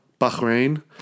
Bahrain